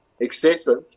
excessive